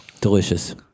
Delicious